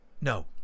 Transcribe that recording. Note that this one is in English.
No